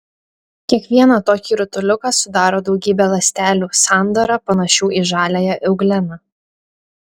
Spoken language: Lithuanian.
kiekvieną tokį rutuliuką sudaro daugybė ląstelių sandara panašių į žaliąją eugleną